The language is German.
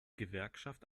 gewerkschaft